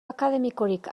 akademikorik